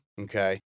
Okay